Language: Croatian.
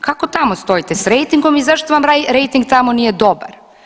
Kako tamo stojite s rejtingom i zašto vam rejting tamo nije dobar?